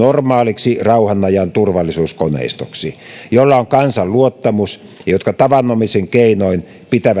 normaaliksi rauhanajan turvallisuuskoneistoksi jolla on kansan luottamus ja joka tavanomaisin keinoin pitää